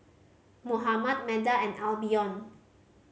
Mohammad Meda and Albion